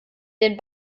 den